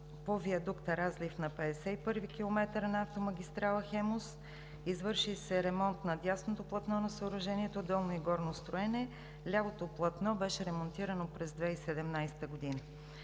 по виадукта – разлив на 51-ви километър на автомагистрала „Хемус“. Извърши се ремонт на дясното платно на съоръжението – долно и горно строене. Лявото платно беше ремонтирано през 2017 г.